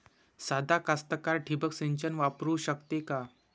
सादा कास्तकार ठिंबक सिंचन वापरू शकते का?